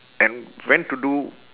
and went to do